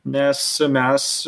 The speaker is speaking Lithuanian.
nes mes